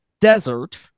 desert